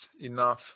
enough